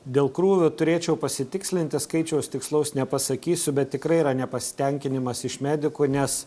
dėl krūvio turėčiau pasitikslinti skaičiaus tikslaus nepasakysiu bet tikrai yra nepasitenkinimas iš medikų nes